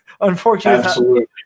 Unfortunately